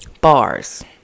Bars